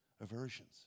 aversions